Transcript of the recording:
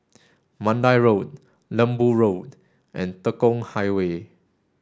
Mandai Road Lembu Road and Tekong Highway